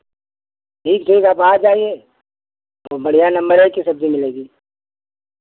ठीक ठीक आप आ जाइए बढ़ियाँ नंबर एक की सब्ज़ी मिलेगी